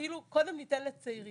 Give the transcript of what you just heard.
קודם ניתן לצעירים,